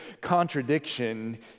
contradiction